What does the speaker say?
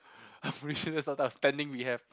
I'm pretty sure standing we have